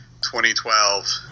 2012